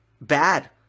bad